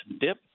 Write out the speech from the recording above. dip